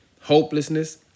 hopelessness